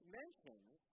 mentions